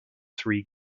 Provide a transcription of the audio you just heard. three